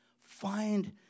find